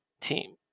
team